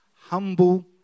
Humble